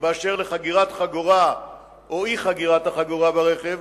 אשר לחגירת חגורה או אי-חגירת החגורה ברכב